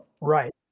right